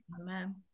Amen